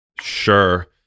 Sure